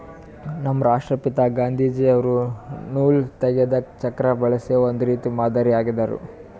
ನಮ್ ರಾಷ್ಟ್ರಪಿತಾ ಗಾಂಧೀಜಿ ಅವ್ರು ನೂಲ್ ತೆಗೆದಕ್ ಚಕ್ರಾ ಬಳಸಿ ಒಂದ್ ರೀತಿ ಮಾದರಿ ಆಗಿದ್ರು